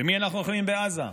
במי אנחנו נלחמים בעזה,